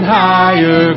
higher